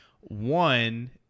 One